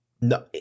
no